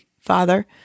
father